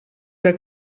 que